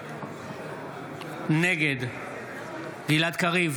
נגד גלעד קריב,